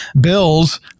Bills